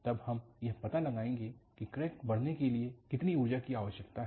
तब हम यह पता लगाएंगे कि क्रैक बढ़ने के लिए कितनी ऊर्जा की आवश्यकता है